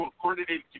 coordinated